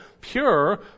pure